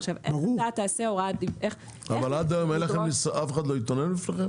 עכשיו איך אתה תעשה הוראת --- אבל עד היום אף אחד לא התלונן אצלכם?